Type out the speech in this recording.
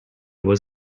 was